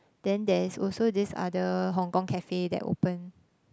then there's also this other Hong Kong cafe that open